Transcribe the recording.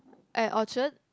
at Orchard